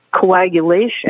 coagulation